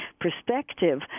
perspective